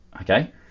okay